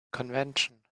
convention